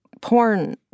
porn